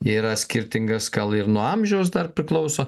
yra skirtingas gal ir nuo amžiaus dar priklauso